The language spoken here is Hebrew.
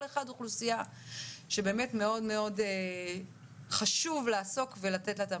אוכלוסיות שחשוב מאוד לעסוק בהן ולתת את המענה.